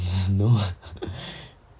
no